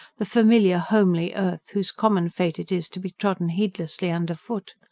the familiar, homely earth, whose common fate it is to be trodden heedlessly underfoot.